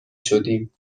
شدیم